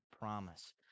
promise